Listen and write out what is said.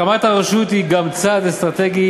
הקמת הרשות היא גם צעד אסטרטגי,